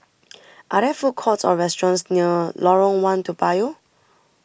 are there food courts or restaurants near Lorong one Toa Payoh